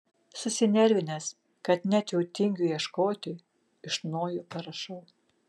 susinervinęs kad net jau tingiu ieškoti iš naujo parašau